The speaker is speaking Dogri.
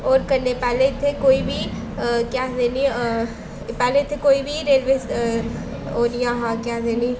होर कन्नै पैह्लें इत्थै कोई बी केह् आखदे नी पैह्लें इत्थै कोई बी रेलबे स ओह् निं है हा केह् आखदे नी